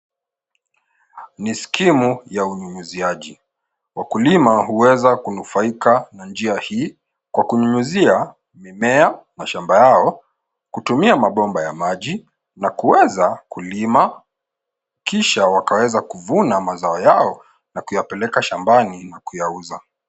Ni skimu ya unyunyuziaji, wakulima huweza kunufaika na njia hii kwa kunyunyuzia mimea, mashamba yao kutumia mabomba ya maji na kuweza kulima, kisha wakaweza kuvuna mazao yao na kuyapeleka shambani na kuyauza.